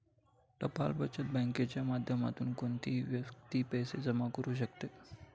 टपाल बचत बँकेच्या माध्यमातून कोणतीही व्यक्ती पैसे जमा करू शकते